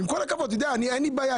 לי אין בעיה,